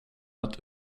att